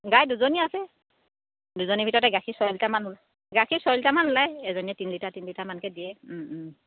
গাই দুজনী আছে দুজনীৰ ভিতৰতে গাখীৰ ছয় লিটাৰমান ওলাই গাখীৰ ছয় লিটাৰমান ওলায় এজনী তিনি লিটাৰ তিনি লিটাৰমানকৈ দিয়ে